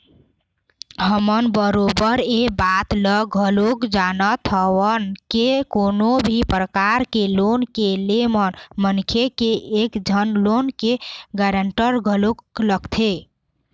हमन बरोबर ऐ बात ल घलोक जानत हवन के कोनो भी परकार के लोन के ले म मनखे के एक झन लोन के गारंटर घलोक लगथे